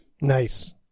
Nice